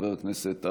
חברת הכנסת מירב כהן,